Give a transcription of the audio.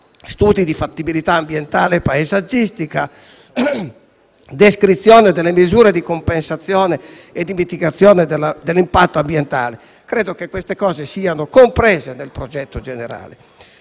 studi di fattibilità ambientale e paesaggistica, la descrizione delle misure di compensazione e di mitigazione dell'impatto ambientale. Credo che tutto questo sia già compreso nel progetto generale.